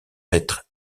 être